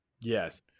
yes